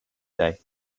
day